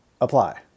Apply